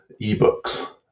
ebooks